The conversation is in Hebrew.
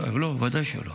לא, הן לא, בוודאי שלא.